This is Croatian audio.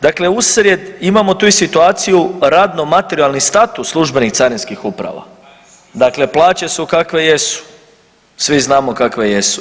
Dakle, usred, imamo tu i situaciju radno materijalni status službenih Carinskih uprava, dakle plaće su kakve jesu, svi znamo kakve jesu.